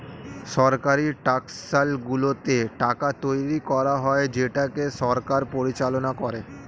সরকারি টাকশালগুলোতে টাকা তৈরী করা হয় যেটাকে সরকার পরিচালনা করে